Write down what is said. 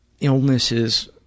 illnesses